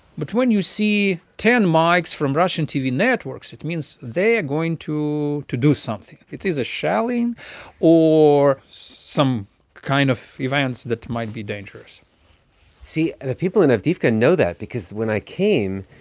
but when you see ten mics from russian tv networks, it means they're ah going to to do something. it is a shelling or some kind of event that might be dangerous see, the people in avdiivka know that because when i came,